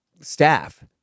staff